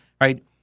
right